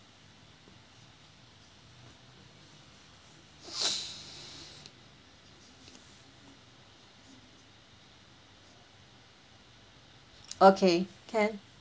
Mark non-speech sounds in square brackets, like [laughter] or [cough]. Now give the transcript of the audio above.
[noise] okay can